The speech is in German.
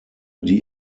die